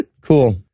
cool